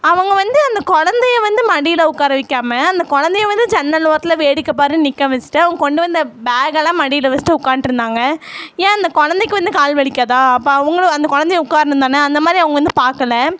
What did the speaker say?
அவங்க வந்து அந்த குழந்தைய வந்து மடியில் உட்கார வைக்காமல் அந்த குழந்தைய வந்து ஜன்னல் ஓரத்தில் வேடிக்கை பாருன்னு நிற்க வெஸ்ட்டு அவங்க கொண்டு வந்து பேக்கெல்லாம் மடியில் வெஸ்ட்டு உட்காந்ட்ருந்தாங்க என் அந்த குழந்தைக்கு வந்து கால் வலிக்காதா அப்போ அவங்களும் அந்த குழந்தைய உட்கார்ணும் தான அந்த மாதிரி அவங்க வந்து பார்க்கல